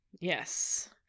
Yes